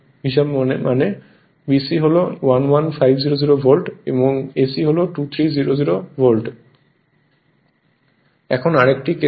সুতরাং BC হল এই 11500 ভোল্টের মধ্যে এবং AC হল 2300 ভোল্ট এর